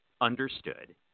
understood